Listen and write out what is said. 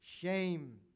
shame